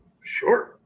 sure